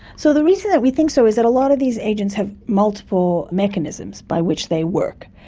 so the reason that we think so is that a lot of these agents have multiple mechanisms by which they work,